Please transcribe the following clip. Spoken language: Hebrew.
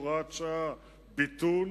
הוראת שעה) (ביטול),